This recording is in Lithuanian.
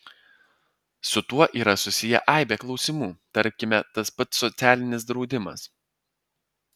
su tuo yra susiję aibė klausimų tarkime tas pats socialinis draudimas